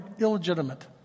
illegitimate